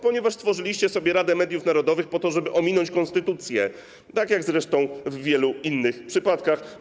Ponieważ stworzyliście sobie Radę Mediów Narodowych, po to żeby ominąć konstytucję, tak jak zresztą w wielu innych przypadkach.